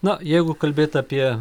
na jeigu kalbėt apie